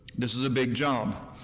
this is a big job,